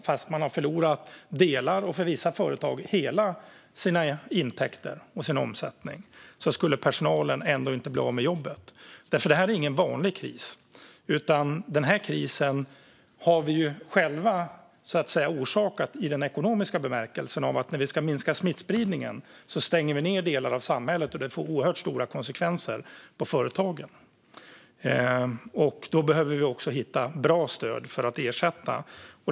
Även om de hade förlorat delar och, för vissa företag, hela sina intäkter och sin omsättning skulle personalen ändå inte bli av med jobben. Det här är ingen vanlig kris. Den har vi själva så att säga orsakat i ekonomisk bemärkelse, för när vi ska minska smittspridningen stänger vi ned delar av samhället, vilket får oerhört stora konsekvenser för företagen. Då behöver vi hitta bra stöd för att ersätta dem.